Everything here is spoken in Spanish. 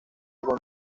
con